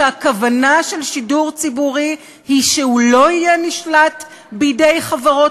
כי הכוונה של שידור ציבורי היא שהוא לא יהיה נשלט בידי חברות